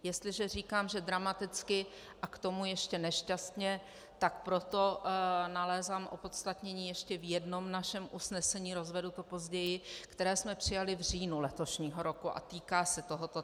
Jestliže říkám, že dramaticky a k tomu ještě nešťastně, tak pro to nalézám opodstatnění ještě v jednom naše usnesení, rozvedu to později, které jsme přijali v říjnu letošního roku a týká se tohoto tématu.